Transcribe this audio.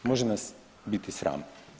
Može nas biti sram.